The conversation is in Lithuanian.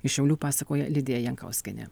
iš šiaulių pasakoja lidija jankauskienė